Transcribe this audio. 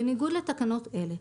בניגוד לתקנות אלה,